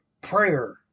Prayer